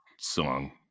song